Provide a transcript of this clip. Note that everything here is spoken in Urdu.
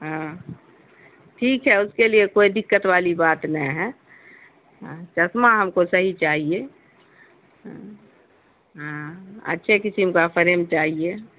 ہاں ٹھیک ہے اس کے لیے کوئی دقت والی بات نے ہے ہاں چشمہ ہم کو صحیح چاہیے ہاں ہاں اچھے قسم کا فریم چاہیے